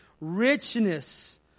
richness